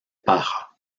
paja